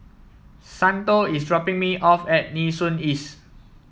Santo is dropping me off at Nee Soon East